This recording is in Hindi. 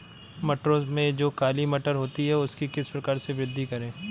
मटरों में जो काली मटर होती है उसकी किस प्रकार से वृद्धि करें?